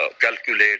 calculate